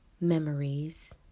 memories